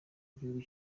gihugu